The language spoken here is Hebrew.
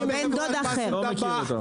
לא,